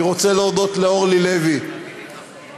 אני רוצה להודות לאורלי לוי אבקסיס,